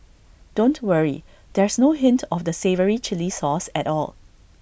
don't worry there's no hint of the savoury Chilli sauce at all